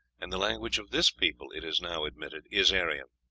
and the language of this people, it is now admitted, is aryan.